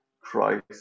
Christ